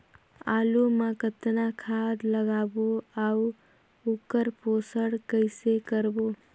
आलू मा कतना खाद लगाबो अउ ओकर पोषण कइसे करबो?